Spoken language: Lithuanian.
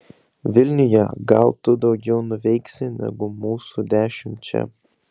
vilniuje gal tu daugiau nuveiksi negu mūsų dešimt čia